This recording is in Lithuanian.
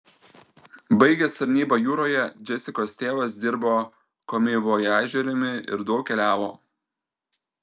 baigęs tarnybą jūroje džesikos tėvas dirbo komivojažieriumi ir daug keliavo